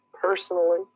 personally